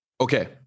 Okay